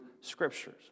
Scriptures